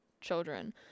children